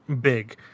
big